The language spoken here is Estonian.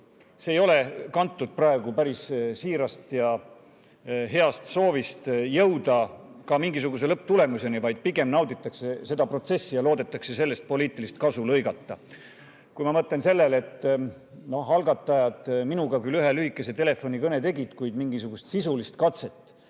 see ei ole kantud praegu päris siirast ja heast soovist jõuda mingisuguse lõpptulemuseni, vaid pigem nauditakse seda protsessi ja loodetakse sellest poliitilist kasu lõigata. Kui ma mõtlen sellele, et algatajad minuga küll ühe lühikese telefonikõne tegid, kuid mingisugust sisulist katset,